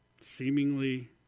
seemingly